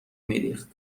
میریخت